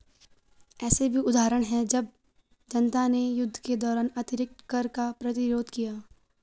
ऐसे भी उदाहरण हैं जब जनता ने युद्ध के दौरान अतिरिक्त कर का प्रतिरोध किया